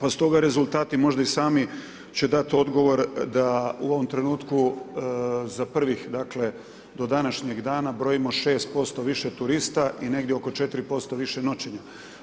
Osim toga rezultati možda i sami će dati odgovor da u ovom trenutku za prvih dakle do današnjeg dana brojimo 6% više turista i negdje oko 4% više noćenja.